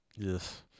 yes